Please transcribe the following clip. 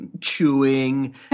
Chewing